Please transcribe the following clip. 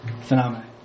phenomenon